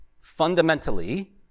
fundamentally